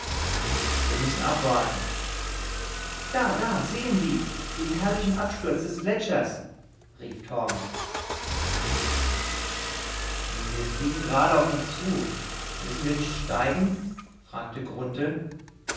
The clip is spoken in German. wir müssen abwarten da da sehen sie den herrlichen absturz des gletschers rief torm wir fliegen gerade auf ihn zu müssen wir nicht steigen fragte